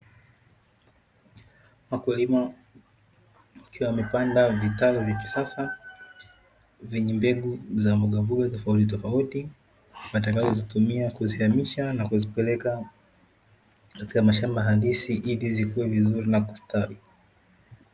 Wakulima wakiwa wamepanda vitalu vya kisasa, vyenye mbegu za mbogamboga tofautitofauti, watakazozitumia kuzihamisha na kuzipeleka katika mashamba halisi ili zikue vizuri na kustawi.